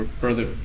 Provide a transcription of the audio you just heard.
further